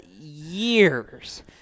years